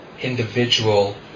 individual